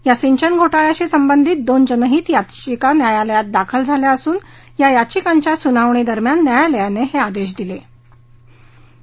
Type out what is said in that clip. या सिंचन घोटाळ्याशी संबंधित दोन जनहित याचिका न्यायालयात दाखल झाल्या असून या याचिकांच्या सनावणी दरम्यान न्यायालयानं हे आदेश दिले आहेत